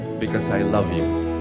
because i love you.